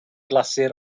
glasur